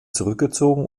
zurückgezogen